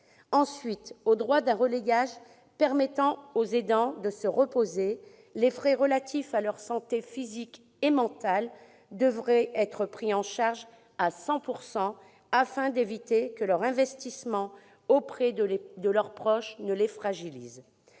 ailleurs, au-delà d'un « relayage » permettant aux aidants de se reposer, les frais relatifs à leur santé physique et mentale devraient être pris en charge à 100 %, afin d'éviter que leur investissement auprès de leurs proches ne les fragilise.